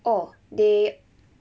or they